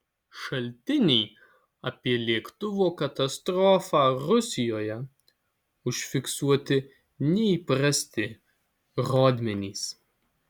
šaltiniai apie lėktuvo katastrofą rusijoje užfiksuoti neįprasti rodmenys